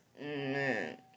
Man